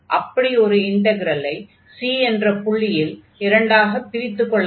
அப்படி ஒரு இன்டக்ரலை c என்ற புள்ளியில் இரண்டாகப் பிரித்துக் கொள்ள வேண்டும்